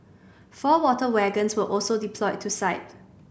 four water wagons were also deployed to site